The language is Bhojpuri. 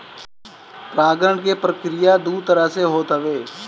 परागण के प्रक्रिया दू तरह से होत हवे